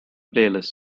playlist